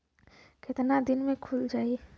कितना दिन में खुल जाई?